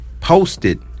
posted